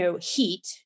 heat